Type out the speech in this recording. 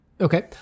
Okay